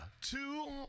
two